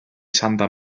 santa